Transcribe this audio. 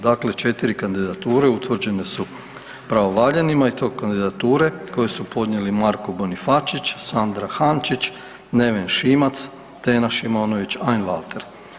Dakle, 4 kandidature utvrđene su pravovaljanima i to kandidature koje su podnijeli Marko Bonifačić, Sandra Jančić, Neven Šimac, Tena Šimonović Einwalter.